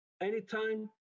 Anytime